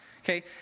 Okay